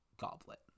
goblet